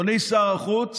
אדוני שר החוץ